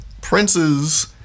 Prince's